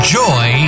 joy